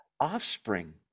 Offspring